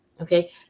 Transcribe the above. Okay